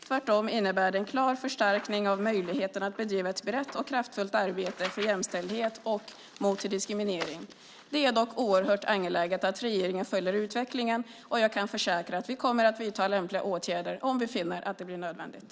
Tvärtom innebär de en klar förstärkning av möjligheterna att bedriva ett brett och kraftfullt arbete för jämställdhet och mot diskriminering. Det är dock oerhört angeläget att regeringen följer utvecklingen, och jag kan försäkra att vi kommer att vidta lämpliga åtgärder om vi finner att det blir nödvändigt.